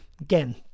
again